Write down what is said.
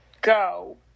go